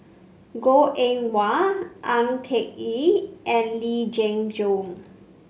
Goh Eng Wah Ang Ah Yee and Lee Jenn Jong